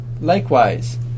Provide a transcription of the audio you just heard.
Likewise